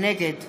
נגד